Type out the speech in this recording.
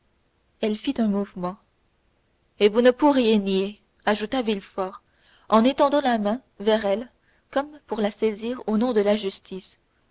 elle fit un mouvement et vous ne pourriez nier ajouta villefort en étendant la main vers elle comme pour la saisir au nom de la justice